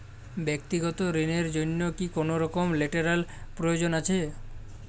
ব্যাক্তিগত ঋণ র জন্য কি কোনরকম লেটেরাল প্রয়োজন আছে?